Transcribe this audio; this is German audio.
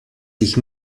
sich